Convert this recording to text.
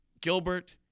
Gilbert